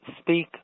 speak